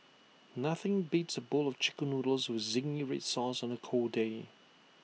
nothing beats A bowl of Chicken Noodles with Zingy Red Sauce on A cold day